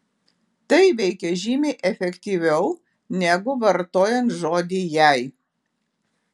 tai veikia žymiai efektyviau negu vartojant žodį jei